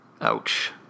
Ouch